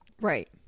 Right